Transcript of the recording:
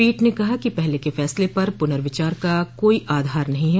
पीठ ने कहा कि पहले के फैसले पर पुनर्विचार का कोई आधार नहीं है